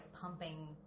pumping